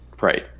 Right